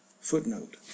Footnote